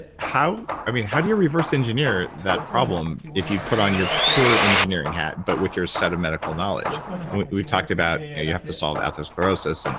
how, i mean, how do you reverse engineer that problem if you put on your pure engineering hat but with your set of medical knowledge? and we've talked about, you have to solve atherosclerosis, and